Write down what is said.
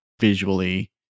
visually